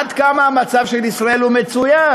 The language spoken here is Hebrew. עד כמה המצב של ישראל הוא מצוין,